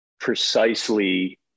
precisely